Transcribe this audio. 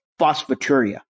phosphaturia